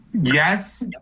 Yes